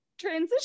transition